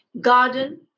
Garden